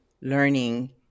learning